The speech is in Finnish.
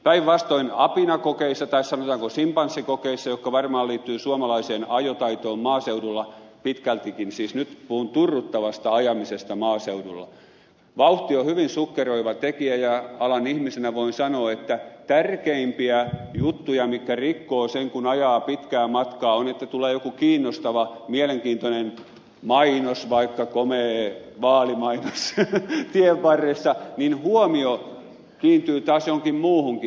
päinvastoin apinakokeissa tai sanotaanko simpanssikokeissa jotka varmaan liittyvät suomalaiseen ajotaitoon maaseudulla pitkältikin siis nyt puhun turruttavasta ajamisesta maaseudulla vauhti on hyvin suggeroiva tekijä ja alan ihmisenä voin sanoa että tärkeimpiä juttuja mitkä rikkovat sen kun ajaa pitkää matkaa on että tulee joku kiinnostava mielenkiintoinen mainos vaikka komea vaalimainos tienvarressa niin huomio kiintyy taas johonkin muuhunkin